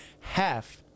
Half-